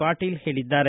ಪಾಟೀಲ್ ಹೇಳಿದ್ದಾರೆ